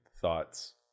thoughts